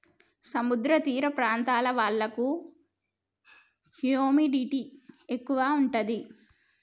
సముద్ర తీర ప్రాంతాల వాళ్లకు హ్యూమిడిటీ ఎక్కువ ఉంటది